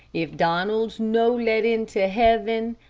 if donald's no let into heaven,